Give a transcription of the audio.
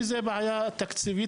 וזו בעיה תקציבית,